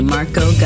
Marco